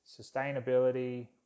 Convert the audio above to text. sustainability